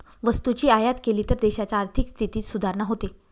वस्तूची आयात केली तर देशाच्या आर्थिक स्थितीत सुधारणा होते